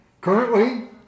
Currently